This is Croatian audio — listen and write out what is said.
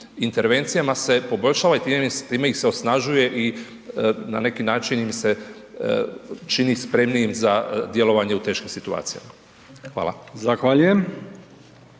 intervencijama se poboljšava i time ih se osnažuje i na neki način im se čini spremnijim za djelovanje u teškim situacijama. Hvala.